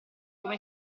come